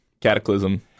Cataclysm